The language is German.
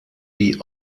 die